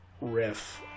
riff